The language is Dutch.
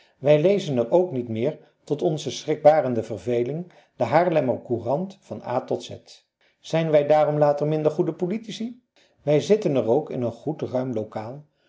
wij lezen er ook niet meer tot onze schrikbarende verveling de haarlemmer courant van a z zijn wij daarom later minder goede politici wij zitten er ook in een goed ruim lokaal